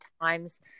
times